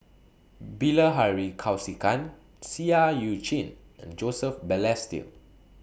Bilahari Kausikan Seah EU Chin and Joseph Balestier